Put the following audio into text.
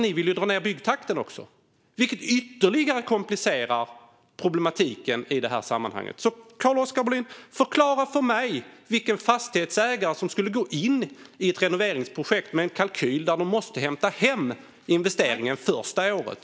Ni vill ju dra ned byggtakten, vilket ytterligare komplicerar problematiken i detta sammanhang. Carl-Oskar Bohlin! Förklara för mig vilken fastighetsägare som skulle gå in i ett renoveringsprojekt med en kalkyl där de måste hämta hem investeringen första året!